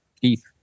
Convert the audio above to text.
Keith